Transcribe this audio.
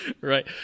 right